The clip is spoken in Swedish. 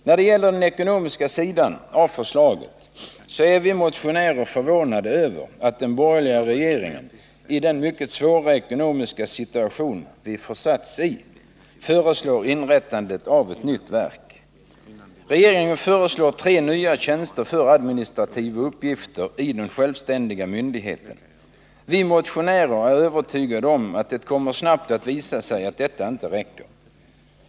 När det gäller den ekonomiska sidan av förslaget så är vi motionärer förvånade över att den borgerliga regeringen, i den mycket svåra ekonomiska situation vi försatts i, föreslår inrättandet av ett nytt verk. Regeringen föreslår tre nya tjänster för administrativa uppgifter i den självständiga myndigheten. Vi motionärer är övertygade om att det snabbt kommer att visa sig att detta inte räcker.